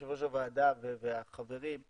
יושב ראש הוועדה והחברים,